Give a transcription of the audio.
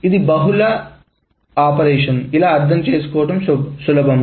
ఇది బహుశా ఇలా అర్థం చేసుకోవడం సులభం